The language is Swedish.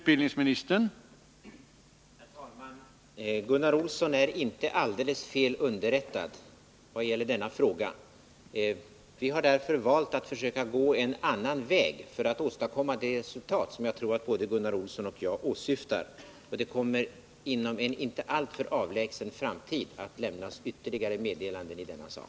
Herr talman! Gunnar Olsson är inte alldeles fel underrättad vad det gäller denna fråga. Vi har därför valt att försöka gå en annan väg för att åstadkomma det resultat som jag tror att både Gunnar Olsson och jag åsyftar. Det kommer inom en inte alltför avlägsen framtid att lämnas ytterligare meddelanden i denna sak.